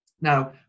Now